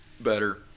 better